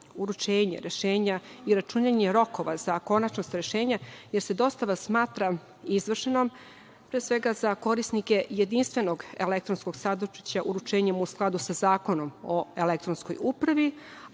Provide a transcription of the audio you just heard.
uručenje rešenja i računanje rokova za konačnost rešenja, jer se dostava smatra izvršenom, pre svega, za korisnike jedinstvenog elektronskog sandučića uručenjem u skladu sa Zakonom o elektronskoj upravi,